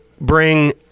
bring